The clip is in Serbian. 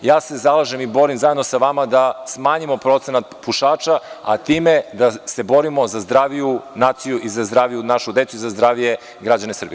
Ja se zalažem i borim zajedno sa vama da smanjimo procenat pušača, a time da se borimo za zdraviju naciju i za zdraviju našu decu i za zdravije građane Srbije.